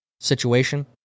situation